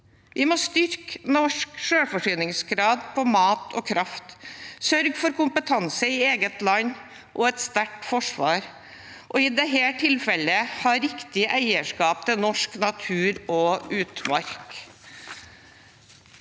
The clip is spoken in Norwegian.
Vi må styrke norsk selvforsyningsgrad på mat og kraft, sørge for kompetanse i eget land, et sterkt forsvar og – i dette tilfellet – ha riktig eierskap til norsk natur og utmark.